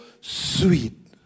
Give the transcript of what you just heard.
Sweet